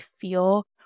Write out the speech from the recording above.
feel